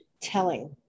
telling